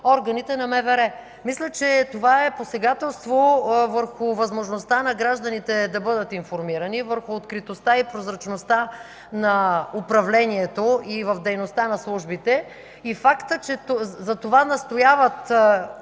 органите на МВР. Мисля, че това е посегателство върху възможността на гражданите да бъдат информирани, върху откритостта и прозрачността на управлението и в дейността на службите. Фактът, че за това настояват